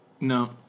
No